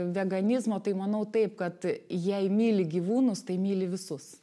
veganizmo tai manau taip kad jei myli gyvūnus tai myli visus